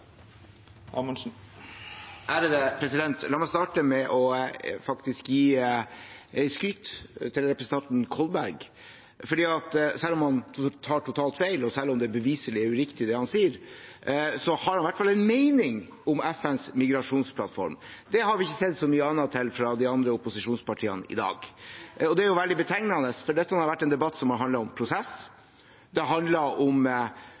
La meg starte med å gi representanten Kolberg skryt. Selv om han tar totalt feil, og selv om det beviselig er uriktig, det han sier, har han i hvert fall en mening om FNs migrasjonsplattform. Det har vi ikke sett så mye til fra de andre opposisjonspartiene i dag. Og det er veldig betegnende, for dette har vært en debatt som har handlet om prosess, om når det skal behandles, om